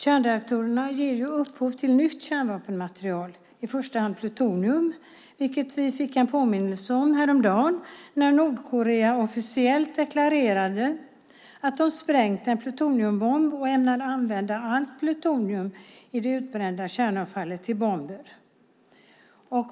Kärnreaktorerna ger ju upphov till nytt kärnvapenmaterial, i första hand plutonium, vilket vi fick en påminnelse om häromdagen när Nordkorea officiellt deklarerade att de sprängt en plutoniumbomb och ämnar använda all plutonium i det utbrända kärnavfallet till bomber.